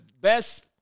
best